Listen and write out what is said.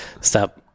stop